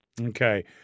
Okay